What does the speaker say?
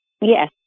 Yes